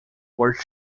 were